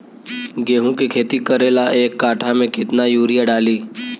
गेहूं के खेती करे ला एक काठा में केतना युरीयाँ डाली?